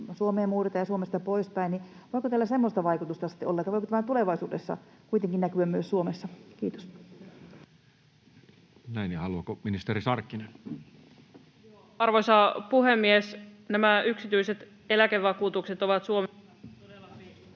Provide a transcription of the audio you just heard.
Suomeen muutetaan ja Suomesta poispäin. Voiko tällä semmoista vaikutusta sitten olla? Voiko tämä tulevaisuudessa kuitenkin näkyä myös Suomessa? — Kiitos. Haluaako ministeri Sarkkinen? Arvoisa puhemies! Nämä yksityiset eläkevakuutukset ovat Suomessa todella harvinaisia.